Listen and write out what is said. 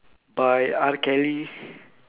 by R kelly